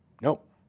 Nope